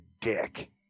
dick